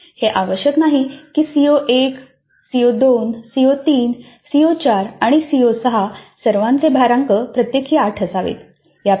हे आवश्यक नाही की सीओ 1 सीओ 2 सीओ 3 सीओ 4 आणि सीओ 6 सर्वांचे भारांक प्रत्येकी 8 असावेत